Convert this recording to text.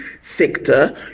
sector